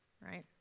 right